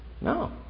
No